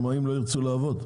שמאים לא ירצו לעבוד.